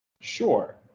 Sure